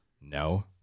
No